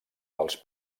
dels